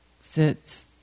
sits